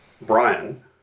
Brian